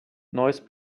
noise